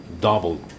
double